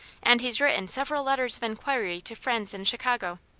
and he's written several letters of inquiry to friends in chicago.